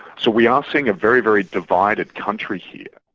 so we are seeing a very, very divided country here.